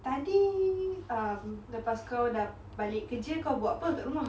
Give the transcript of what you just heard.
tadi um lepas kau balik kerja kau buat apa kat rumah